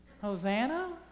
Hosanna